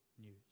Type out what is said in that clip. news